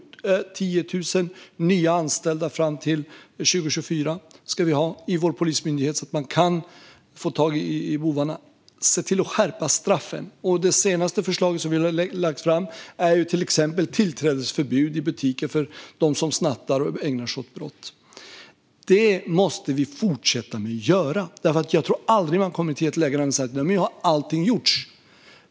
Det ska bli 10 000 nya anställda fram till 2024 i vår polismyndighet så att det går att få tag på bovarna. Vidare ska straffen skärpas. Det senaste förslaget vi har lagt fram är till exempel tillträdesförbud i butiker för dem som snattar och ägnar sig åt brott. Detta arbete måste vi fortsätta med. Jag tror aldrig att man kommer till ett läge där man säger att allt har gjorts.